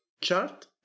chart